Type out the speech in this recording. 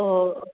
ఓ